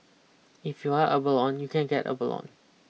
if you want abalone you can get abalone